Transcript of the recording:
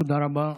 תודה רבה.